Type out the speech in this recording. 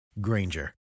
Granger